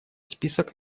список